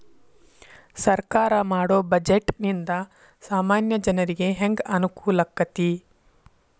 ಸರ್ಕಾರಾ ಮಾಡೊ ಬಡ್ಜೆಟ ನಿಂದಾ ಸಾಮಾನ್ಯ ಜನರಿಗೆ ಹೆಂಗ ಅನುಕೂಲಕ್ಕತಿ?